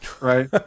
right